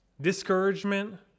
discouragement